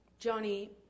Johnny